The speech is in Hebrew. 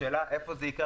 השאלה איפה זה יעמוד.